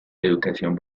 educación